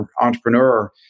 entrepreneur